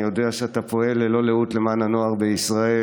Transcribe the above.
אני יודע שאתה פועל ללא לאות למען הנוער בישראל.